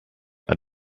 are